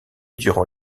durant